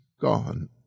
gone